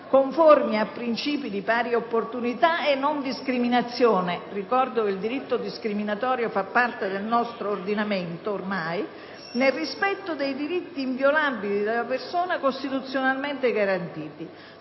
conformi a principi di pari opportunità e non discriminazione,» (ricordo che il diritto discriminatorio ormai fa parte del nostro ordinamento) «nel rispetto dei diritti inviolabili della persona, costituzionalmente garantiti,